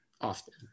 often